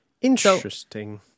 Interesting